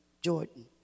Jordan